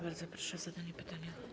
Bardzo proszę o zadanie pytania.